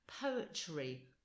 poetry